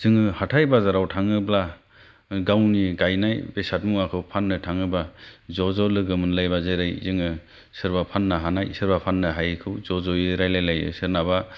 जोङो हाथाय बाजाराव थाङोब्ला गावनि गायनाय बेसात मुवाखौ फान्नो थाङोब्ला ज' ज' लोगोमोनलायबा जेरै जोङो सोरबा फान्नो हानाय सोरबा फान्नो हायिखौ ज' ज'यै रायलायलायो सोरनाबा